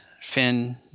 Finn